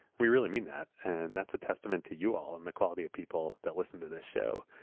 we really mean that and that's a testament to you all. and the quality of people that listen to this show.